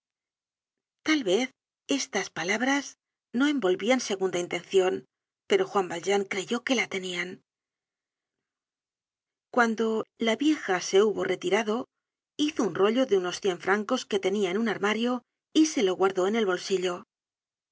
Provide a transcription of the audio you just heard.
tal vez estas palabras no envolvian segunda intencion pero juan valjean creyó que la tenían cuando la vieja se hubo retirado hizo un rollo de unos cien francos que tenia en un armario y se lo guardó en el bolsillo